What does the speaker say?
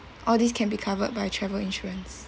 all these can be covered by travel insurance